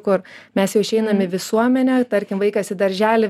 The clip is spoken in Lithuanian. kur mes jau išeinam į visuomenę tarkim vaikas į darželį